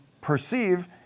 perceive